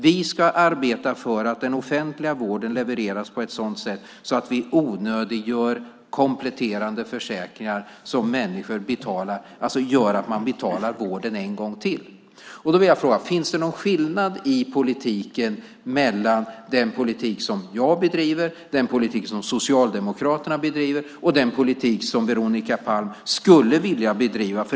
Vi ska arbeta för att den offentliga vården levereras på ett sådant sätt att vi onödiggör kompletterande försäkringar som människor betalar och alltså betalar vården en gång till. Finns det någon skillnad i politiken mellan den politik som jag bedriver, den politik som Socialdemokraterna bedriver och den politik som Veronica Palm skulle vilja bedriva?